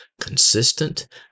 consistent